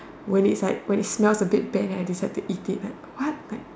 when it is like when it smells a bit bad then I decide to eat it like what like